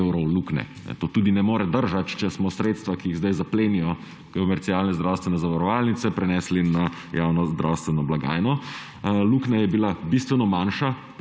evrov luknje. To tudi ne more držati, če smo sredstva, ki jih zdaj zaplenijo komercialne zdravstvene zavarovalnice, prenesli na javno zdravstveno blagajno. Luknja je bila bistveno manjša,